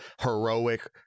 heroic